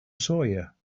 sawyer